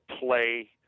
play